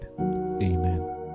Amen